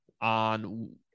on